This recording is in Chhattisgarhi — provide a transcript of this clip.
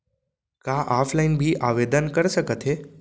का ऑफलाइन भी आवदेन कर सकत हे?